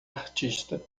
artista